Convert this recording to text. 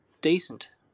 decent